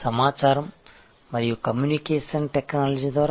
సమాచారం మరియు communication technology ద్వారా